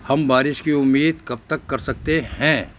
ہم بارش کی امید کب تک کر سکتے ہیں